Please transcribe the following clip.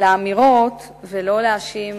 לאמירות ולא להאשים